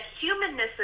humanness